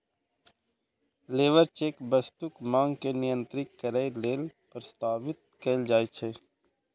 labour चेक वस्तुक मांग के नियंत्रित करै लेल प्रस्तावित कैल जाइ छै